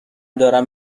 دارم